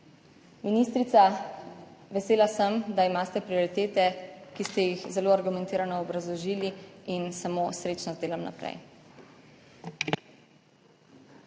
Ministrica, vesela sem, da imate prioritete, ki ste jih zelo argumentirano obrazložili in samo srečno z delom naprej.